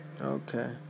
Okay